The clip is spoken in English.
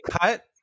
cut